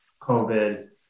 COVID